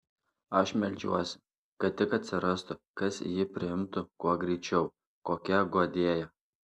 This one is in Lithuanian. aš meldžiuosi kad tik atsirastų kas jį priimtų kuo greičiau kokia guodėja